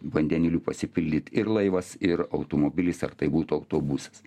vandeniliu pasipildyt ir laivas ir automobilis ar tai būtų autobusas